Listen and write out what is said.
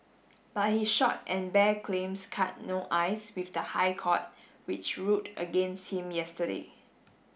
but his short and bare claims cut no ice with the High Court which ruled against him yesterday